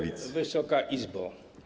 Wysoka Izbo!